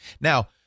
Now